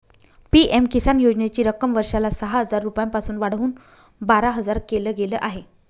PM Kisan योजनेची रक्कम वर्षाला सहा हजार रुपयांपासून वाढवून बारा हजार केल गेलं आहे